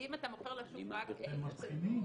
אם אתה מוכר לשוק רק את ההשתדלות --- הם מבחינים.